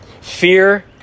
Fear